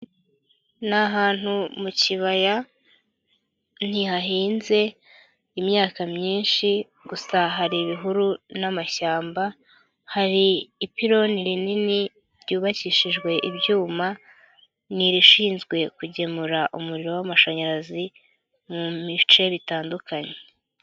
Ni ahantu mu kibaya, ntihahinze imyaka myinshi gusa hari ibihuru n'amashyamba, hari ipironi rinini ryubakishijwe ibyuma, n'irishinzwe kugemura umuriro w'amashanyarazi mu bice bitandukanye.